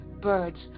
birds